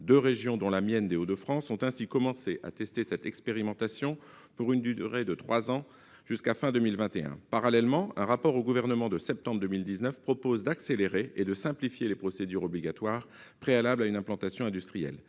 Deux régions, dont la mienne, les Hauts-de-France, ont ainsi commencé à mener cette expérimentation pour une durée de trois ans, jusqu'à fin 2021. Parallèlement, un rapport remis au Gouvernement en septembre 2019 propose d'accélérer et de simplifier les procédures obligatoires préalables à une implantation industrielle.